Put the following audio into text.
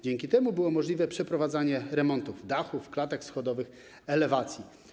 Dzięki temu było możliwe przeprowadzanie remontów dachów, klatek schodowych, elewacji.